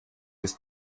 ist